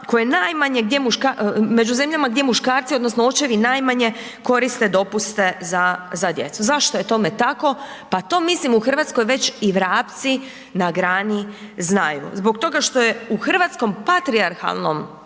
zemljama gdje muškarci odnosno očevi najmanje koriste dopuste za, za djecu. Zašto je tome tako? Pa to mislim u RH već i vrapci na grani znaju. Zbog toga što je u hrvatskom patrijarhalnom